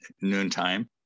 noontime